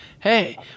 hey